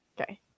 Okay